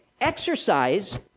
Exercise